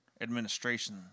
administration